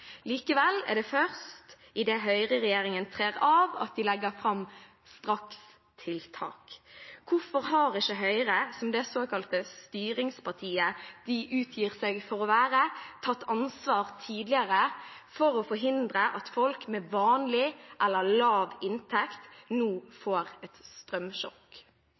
Likevel er det først idet høyreregjeringen trer av, at de legger fram strakstiltak. Hvorfor har ikke Høyre, som det såkalte styringspartiet de utgir seg for å være, tatt ansvar tidligere for å forhindre at folk med vanlig eller lav inntekt nå får et strømsjokk?